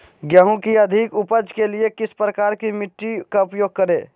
गेंहू की अधिक उपज के लिए किस प्रकार की मिट्टी का उपयोग करे?